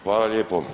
Hvala lijepo.